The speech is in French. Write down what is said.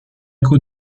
écho